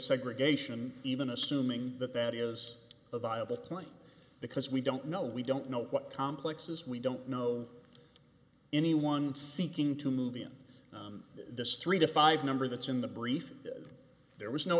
segregation even assuming that that is a viable claim because we don't know we don't know what complex is we don't know anyone seeking to move in the street a five number that's in the brief there was no